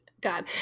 God